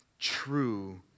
true